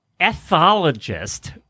ethologist